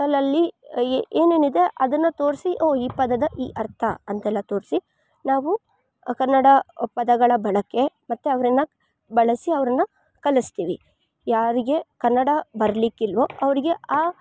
ಸುತ್ತಲಲ್ಲಿ ಏನೇನಿದೆ ಅದನ್ನು ತೋರಿಸಿ ಒ ಈ ಪದದ ಈ ಅರ್ಥ ಅಂತೆಲ್ಲ ತೋರಿಸಿ ನಾವು ಕನ್ನಡ ಪದಗಳ ಬಳಕೆ ಮತ್ತು ಅವರನ್ನ ಬಳಸಿ ಅವರನ್ನ ಕಲಿಸ್ತೀವಿ ಯಾರಿಗೆ ಕನ್ನಡ ಬರಲಿಕ್ಕಿಲ್ವೊ ಅವರಿಗೆ ಆ